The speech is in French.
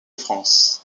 france